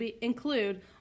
include